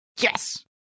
yes